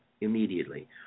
immediately